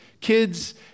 kids